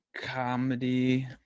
comedy